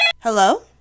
hello